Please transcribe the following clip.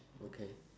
okay